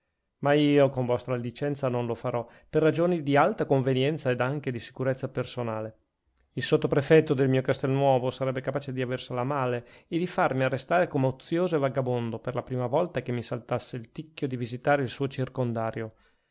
ma io con vostra licenza non lo farò per ragioni di alta convenienza ed anche di sicurezza personale il sottoprefetto del mio castelnuovo sarebbe capace di aversela a male e di farmi arrestare come ozioso e vagabondo la prima volta che mi saltasse il ticchio di visitare il suo circondario